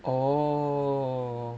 oh